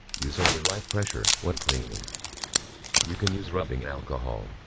use only light pressure. you can use rubbing alcohol.